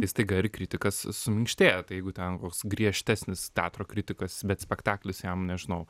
staiga ir kritikas suminkštėja tai jeigu ten koks griežtesnis teatro kritikas bet spektaklis jam nežinau